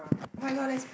okay okay